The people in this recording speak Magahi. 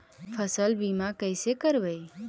फसल बीमा कैसे करबइ?